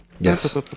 Yes